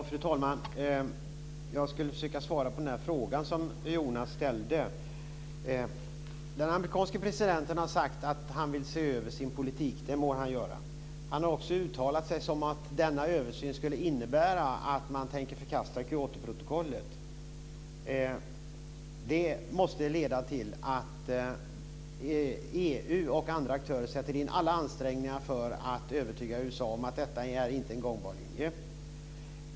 Fru talman! Jag ska försöka svara på den fråga som Jonas ställde. Den amerikanske presidenten har sagt att han vill se över sin politik. Det må han göra. Han har också uttalat sig om att denna översyn skulle innebära att man tänker förkasta Kyotoprotokollet. Det måste leda till att EU och andra aktörer sätter in alla ansträngningar för att övertyga USA om att detta inte är en gångbar linje.